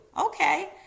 okay